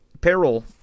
payroll